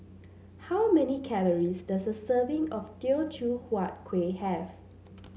how many calories does a serving of Teochew Huat Kuih have